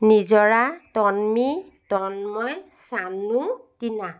Nijora Tanmi Tanmoy Chanu Tina